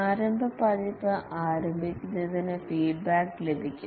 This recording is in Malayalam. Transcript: പ്രാരംഭ പതിപ്പ് ആരംഭിക്കുന്നതിന് ഫീഡ്ബാക്ക് ലഭിക്കും